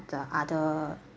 the other